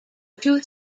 two